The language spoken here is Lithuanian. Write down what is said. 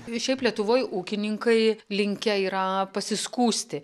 šiaip lietuvoje ūkininkai linkę yra pasiskųsti